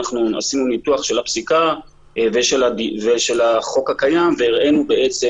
אנחנו עשינו ניתוח של הפסיקה ושל החוק הקיים והראינו בעצם